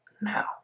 now